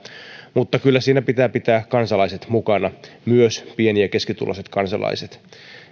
mutta kyllä siinä pitää pitää kansalaiset mukana myös pieni ja keskituloiset kansalaiset